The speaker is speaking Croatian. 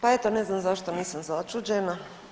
Pa eto ne znam zašto nisam začuđena.